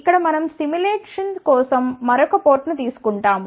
ఇక్కడ మనం సిములేషన్ కోసం మరొక పోర్టును తీసుకుంటాము